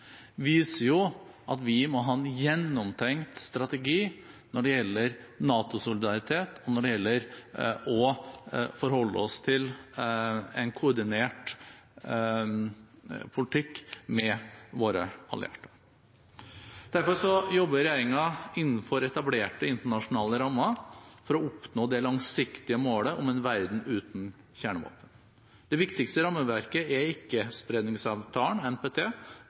viser at vi må ha en gjennomtenkt strategi når det gjelder NATO-solidaritet, og når det gjelder å forholde oss til en koordinert politikk med våre allierte. Derfor jobber regjeringen innenfor etablerte internasjonale rammer for å oppnå det langsiktige målet om en verden uten kjernevåpen. Det viktigste rammeverket er ikkespredningsavtalen, NPT,